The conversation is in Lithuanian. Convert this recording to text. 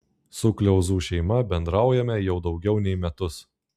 su kliauzų šeima bendraujame jau daugiau nei metus